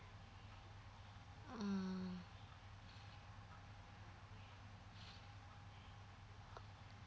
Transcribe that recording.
mm